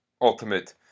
ultimate